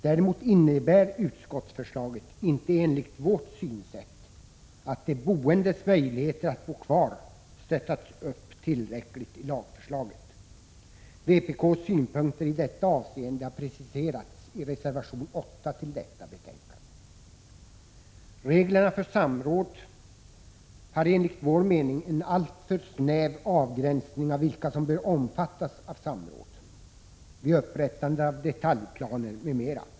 Däremot innebär utskottets lagförslag inte enligt vårt synsätt att de boendes möjligheter att bo kvar stöttats upp tillräckligt. Vpk:s synpunkter i detta avseende har preciserats i reservation 8 till detta betänkande. Reglerna för samråd har enligt vår mening en alltför snäv avgränsning av vilka som bör omfattas av samråd vid upprättande av detaljplaner m.m.